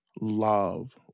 love